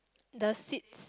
the seats